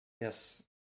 Yes